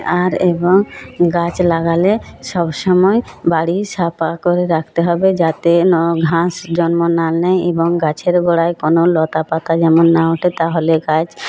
আর এবং গাছ লাগালে সব সময় বাড়ি সাপা করে রাখতে হবে যাতে না ঘাঁস জন্ম না নেয় এবং গাছের গোঁড়ায় কোনো লতাপাতা যেমন না ওঠে তাহলে গাছ